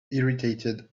irritated